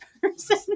person